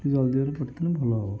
ଟିକେ ଜଲଦି ଜଲଦି ପଠାଇଦେଲେ ଭଲ ହେବ